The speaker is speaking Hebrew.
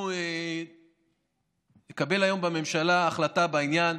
אנחנו נקבל היום בממשלה החלטה בעניין,